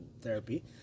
therapy